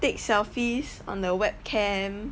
take selfies on their webcam